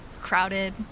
crowded